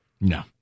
No